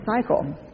cycle